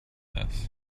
this